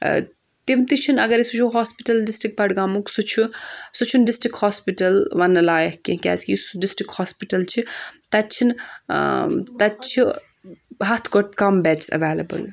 تِم تہِ چھِنہٕ اگر أسۍ وٕچھو ہاسپِٹَل ڈِسٹِرٛک بَڈگامُک سُہ چھُ سُہ چھُنہٕ ڈِسٹِرٛک ہاسپِٹَل وَنٛنہٕ لایَق کینٛہہ کیازکہِ یُس ڈِسٹِرٛک ہاسپِٹَل چھِ تَتہِ چھِنہٕ تَتہِ چھِ ہَتھ کھوٚت کَم بؠڈٕس ایٚویٚلیبٕل